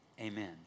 Amen